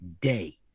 day